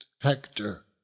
hector